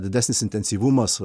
didesnis intensyvumas